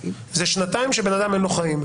זה שנתיים שלבן אדם אין חיים.